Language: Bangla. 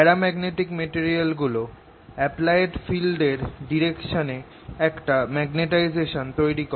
প্যারাম্যাগনেটিক মেটেরিয়াল গুলো অ্যাপ্লায়েড ফিল্ড এর ডাইরেকশনে একটা মেগনেটাইজেশান তৈরি করে